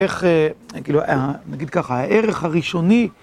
איך, כאילו, נגיד ככה, הערך הראשוני